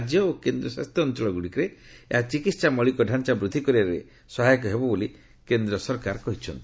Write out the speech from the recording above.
ରାଜ୍ୟ ଓ କେନ୍ଦ୍ରଶାସିତ ଅଞ୍ଚଳଗ୍ରଡ଼ିକରେ ଏହା ଚିକିତ୍ସା ମୌଳିକତାଞ୍ଚା ବୃଦ୍ଧି କରିବାରେ ସହାୟକ ହେବ ବୋଲି କେନ୍ଦ୍ର ସରକାର କହିଚ୍ଚନ୍ତି